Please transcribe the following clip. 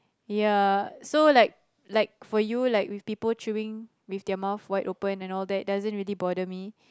ya so like like for you like with people chewing with their mouth open all that it doesn't really bother me